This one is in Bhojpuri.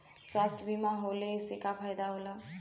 स्वास्थ्य बीमा लेहले से का फायदा होला?